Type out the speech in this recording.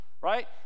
right